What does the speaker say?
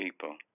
people